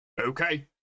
Okay